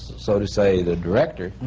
so to say, the director,